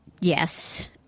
yes